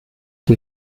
die